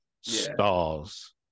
stars